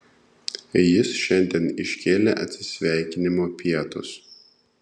jis šiandien iškėlė atsisveikinimo pietus